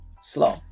slow